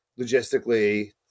logistically